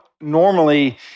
normally